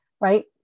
right